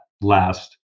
last